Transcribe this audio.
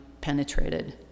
penetrated